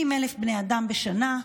70,000 בני אדם בשנה,